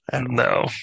No